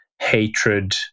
hatred